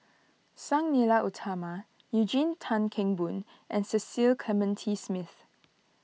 Sang Nila Utama Eugene Tan Kheng Boon and Cecil Clementi Smith